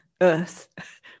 earth